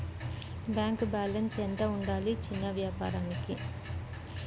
Bank balance ఎంత ఉండాలి చిన్న వ్యాపారానికి?